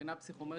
בבחינה פסיכומטרית,